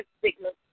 signals